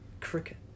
cricket